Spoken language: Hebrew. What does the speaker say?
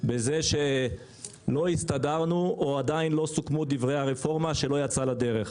בזה שלא הסתדרנו או עדיין לא סוכמו דברי הרפורמה שלא יצאה לדרך.